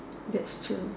that's true